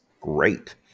Great